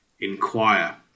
Inquire